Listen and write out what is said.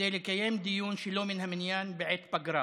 כדי לקיים דיון שלא מן המניין בעת פגרה